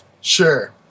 Sure